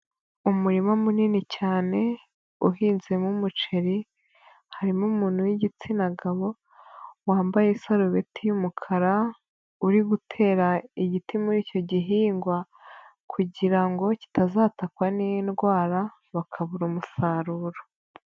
Umurima munini cyane uhinzemo umuceri, harimo umuntu w'igitsina gabo, wambaye isarubeti y'umukara, uri gutera igiti muri icyo gihingwa kugira ngo kitazatakwa n'indwara bakabura umusaruro.